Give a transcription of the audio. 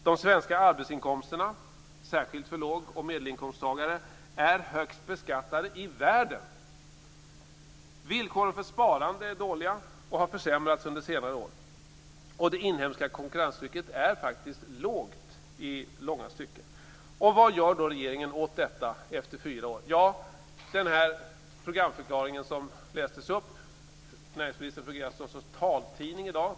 De svenska arbetsinkomsterna, särskilt för låg och medelinkomsttagare, är högst beskattade i världen. Villkoren för sparande är dåliga och har försämrats under senare år. Det inhemska konkurrenstrycket är faktiskt lågt i långa stycken. Vad gör då regeringen åt detta efter fyra år? Den här programförklaringen lästes upp. Näringsministern fungerar som någon sorts taltidning i dag.